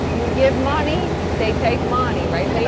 you give money they take money right. they